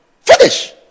Finish